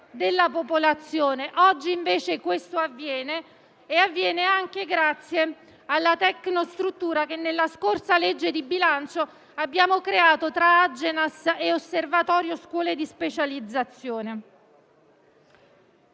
della popolazione. Oggi invece questo avviene, anche grazie alla tecnostruttura che nella scorsa legge di bilancio abbiamo creato tra Agenas e Osservatorio delle scuole di specializzazione.